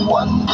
one